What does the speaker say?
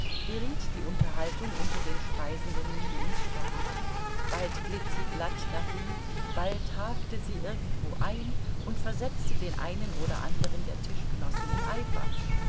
geriet die unterhaltung unter den speisenden nie ins stocken bald glitt sie glatt dahin bald hakte sie irgendwo ein und versetzte den einen oder anderen der tischgenossen in eifer